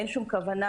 אין שום כוונה,